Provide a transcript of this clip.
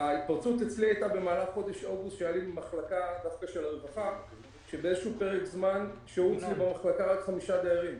אצלי במהלך חודש אוגוסט כשהיו אצלי במחלקה של הרווחה רק חמישה דיירים.